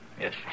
Yes